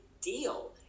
deal